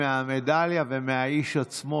רגע, מה הקשר בין להתחתן, מה הקשר?